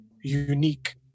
unique